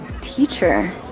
Teacher